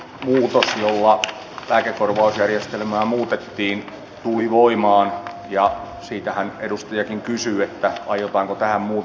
lakimuutos jolla lääkekorvausjärjestelmää muutettiin tuli voimaan ja siitähän edustajakin kysyi aiotaanko tähän muutos tehdä